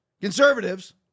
conservatives